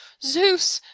zeus,